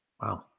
Wow